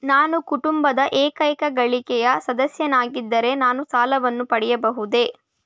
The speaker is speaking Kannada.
ನಾನು ಕುಟುಂಬದ ಏಕೈಕ ಗಳಿಕೆಯ ಸದಸ್ಯನಾಗಿದ್ದರೆ ನಾನು ಸಾಲವನ್ನು ಪಡೆಯಬಹುದೇ?